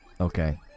okay